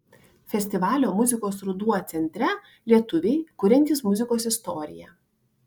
festivalio muzikos ruduo centre lietuviai kuriantys muzikos istoriją